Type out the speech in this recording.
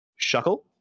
shuckle